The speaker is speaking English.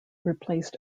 replaced